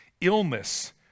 Illness